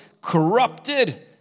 corrupted